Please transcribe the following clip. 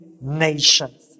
nations